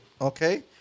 Okay